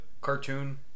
cartoon